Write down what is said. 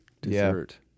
Dessert